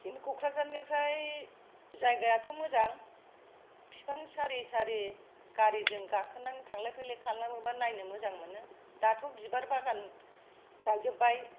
क'क्राझारनिफ्राय जायगायाथ' मोजां बिफां सारि सारि गारिजों गाखोनानै थांलाय फैलाय खालामोबा नायनो मोजां नुयो दाथ' बिबार बागान गायजोबबाय